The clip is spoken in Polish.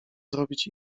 zrobić